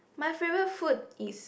my favourite food is